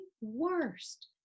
worst